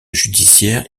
judiciaire